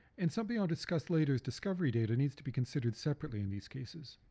and something i'll discuss later, discovery data, needs to be considered separately in these cases.